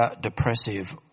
depressive